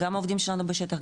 גם העובדים שלנו בשטח,